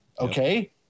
okay